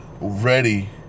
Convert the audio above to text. ready